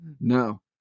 No